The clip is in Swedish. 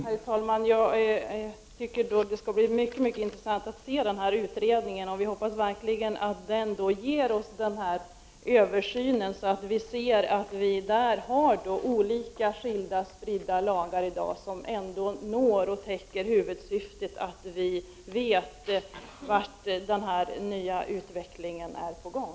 Herr talman! Det skall bli mycket intressant att få se utredningen. Vi hoppas verkligen att den ger oss den här översynen så att vi får veta om vi har olika lagar i dag som ändå täcker huvudsyftet att vi skall veta vart den nya utvecklingen är på väg.